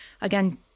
again